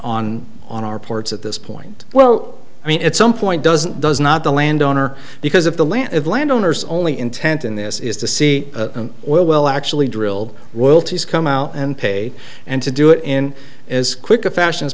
on our ports at this point well i mean at some point doesn't does not the land owner because of the land at landowners only intent in this is to see oil well actually drilled will to come out and pay and to do it in as quick a fashion as